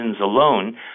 alone